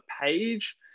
page